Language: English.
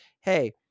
hey